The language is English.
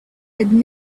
had